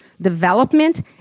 development